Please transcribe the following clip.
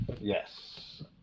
Yes